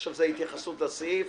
עכשיו זה התייחסות לסעיף.